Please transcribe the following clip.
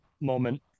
moment